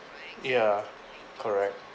ya correct